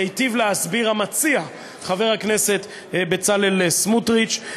שהיטיב להסביר המציע חבר הכנסת בצלאל סמוטריץ.